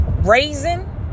raisin